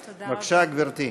בבקשה, גברתי.